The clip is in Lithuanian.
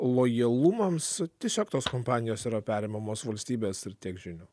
lojalumas su tiesiog tos kompanijos yra perimamos valstybės ir tiek žinių